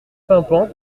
pimpant